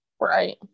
right